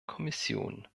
kommission